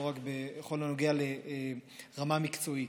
לא רק בכל הנוגע לרמה מקצועית.